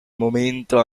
momento